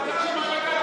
פגיעה,